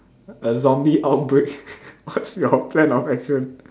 a zombie outbreak what's your plan of action